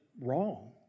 wrong